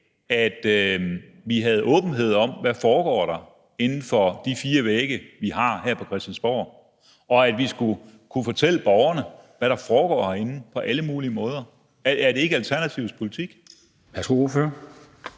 at vi havde åbenhed om, hvad der foregår inden for de fire vægge, vi befinder os inden for her på Christiansborg, og at vi skulle kunne fortælle borgerne, hvad der foregår herinde, på alle mulige måder. Er det ikke Alternativets politik? Kl. 14:21 Formanden